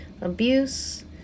abuse